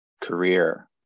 career